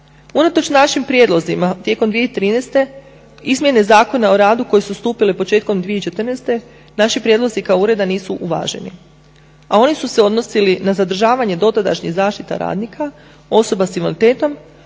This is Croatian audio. Unatoč našim prijedlozima tijekom 2013. izmjene Zakona o radu koje su stupile početkom 2014. naši prijedlozi kao ureda nisu uvaženi. A oni su se odnosili na zadržavanje dotadašnjih zaštita radnika osoba s invaliditetom